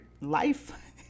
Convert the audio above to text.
life